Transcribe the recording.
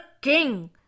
king